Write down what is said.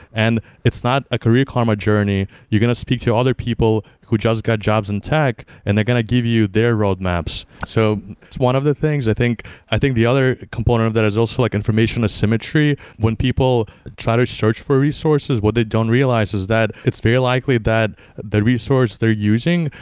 and it's not a career karma journey. you're going to speak to other people who just got jobs in tech and they're going to give you their roadmaps. so, it's one of the things. i think i think the other component of that is also like information asymmetry. when people try to search for resources, what they don't realize is that it's very likely that the resource they're using,